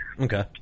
Okay